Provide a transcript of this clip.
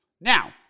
Now